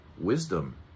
wisdom